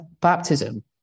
baptism